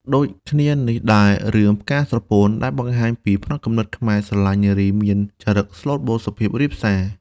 ដូចគ្នានេះដែរ រឿង «ផ្កាស្រពោន» ដែលបង្ហាញពីផ្នត់គំនិតខ្មែរស្រឡាញ់នារីមានចរិតស្លូតបូតសុភាពរាបសារ។